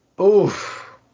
Oof